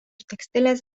tekstilės